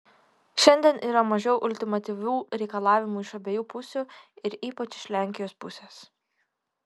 šiandien yra mažiau ultimatyvių reikalavimų iš abiejų pusių ir ypač iš lenkijos pusės